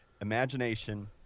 imagination